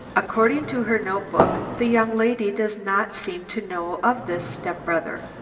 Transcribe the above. according to her notebook, the young lady does not seem to know of this step-brother.